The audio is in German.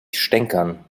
stänkern